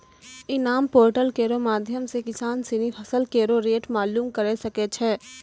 इनाम पोर्टल केरो माध्यम सें किसान सिनी फसल केरो रेट मालूम करे सकै छै